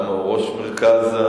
הוא ראש מרכז,